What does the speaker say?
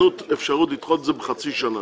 תנו אפשרות לדחות את זה בחצי שנה